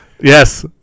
Yes